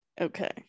Okay